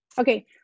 Okay